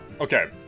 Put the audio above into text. Okay